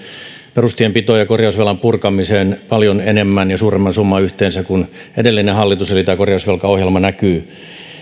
perustienpitoon ja korjausvelan purkamiseen paljon enemmän ja suuremman summan yhteensä kuin edellinen hallitus eli tämä korjausvelkaohjelma näkyy